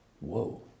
Whoa